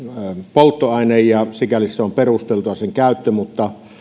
polttoaine ja sikäli sen käyttö on perusteltua mutta